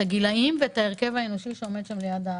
הגילאים ואת ההרכב האנושי שעומד ליד הדוכן.